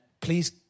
please